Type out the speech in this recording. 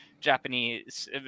Japanese